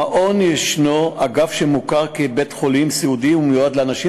במעון יש אגף שמוכר כבית-חולים סיעודי ומיועד לאנשים